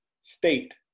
state